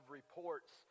reports